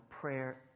prayer